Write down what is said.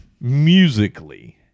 Musically